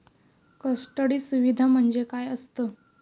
Custody सुविधा म्हणजे काय असतं?